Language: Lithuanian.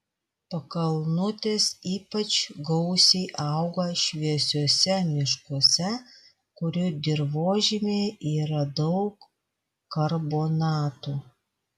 pakalnutės ypač gausiai auga šviesiuose miškuose kurių dirvožemyje yra daug karbonatų